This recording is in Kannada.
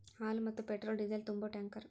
ಹಾಲ, ಮತ್ತ ಪೆಟ್ರೋಲ್ ಡಿಸೇಲ್ ತುಂಬು ಟ್ಯಾಂಕರ್